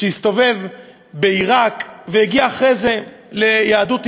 שהסתובב בעיראק, והגיע אחרי זה ליהדות איראן.